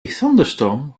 thunderstorm